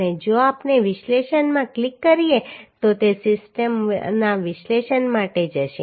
અને જો આપણે વિશ્લેષણમાં ક્લિક કરીએ તો તે સિસ્ટમના વિશ્લેષણ માટે જશે